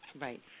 Right